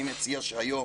אני מציע שהיום